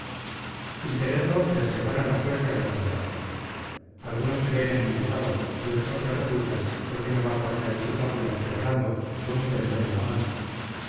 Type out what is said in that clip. sin quererlo les preparan la suerte a los moderados algunos creen en mendizábal y otros le repudian porque no va por calles y plazuelas perorando con un pendón en la mano